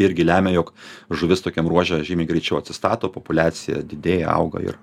irgi lemia jog žuvis tokiam ruože žymiai greičiau atsistato populiacija didėja auga ir